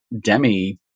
Demi